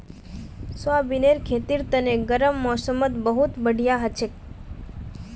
सोयाबीनेर खेतीर तने गर्म मौसमत बहुत बढ़िया हछेक